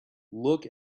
look